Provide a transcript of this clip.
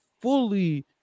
fully